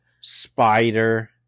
Spider